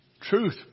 Truth